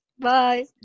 bye